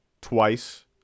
twice